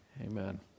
Amen